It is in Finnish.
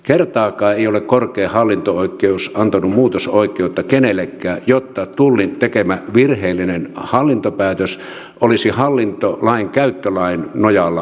kertaakaan ei ole korkein hallinto oikeus antanut muutosoikeutta kenellekään jotta tullin tekemä virheellinen hallintopäätös olisi hallintolainkäyttölain nojalla peruttu